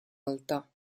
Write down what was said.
alta